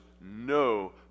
no